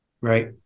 right